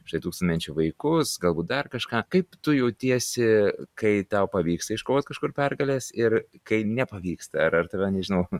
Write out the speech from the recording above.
štai tūkstantmečio vaikus galbūt dar kažką kaip tu jautiesi kai tau pavyksta iškovot kažkur pergales ir kai nepavyksta ar ar tave nežinau